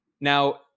Now